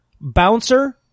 bouncer